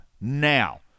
now